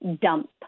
dump